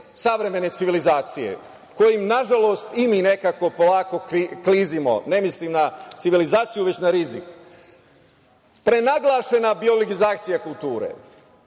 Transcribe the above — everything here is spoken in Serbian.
savremene civilizacije, kojim, nažalost, i mi nekako polako klizimo, ne mislim na civilizaciju, već za rizik? Prenaglašena biologizacija kulture,